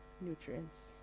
nutrients